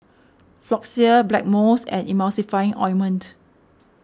Floxia Blackmores and Emulsying Ointment